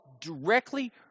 directly